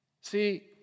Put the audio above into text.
See